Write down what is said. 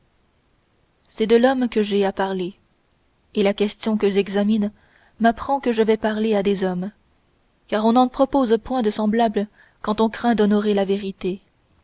c'est de l'homme que j'ai à parler et la question que j'examine m'apprend que je vais parler à des hommes car on n'en propose point de semblables quand on craint d'honorer la vérité